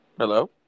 Hello